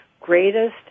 greatest